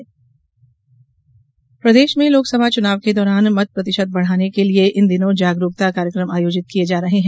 मतदान जागरूकता प्रदेश में लोकसभा चुनाव के दौरान मत प्रतिशत बढाने के लिये इन दिनों जागरूकता कार्यक्रम आयोजित किये जा रहे है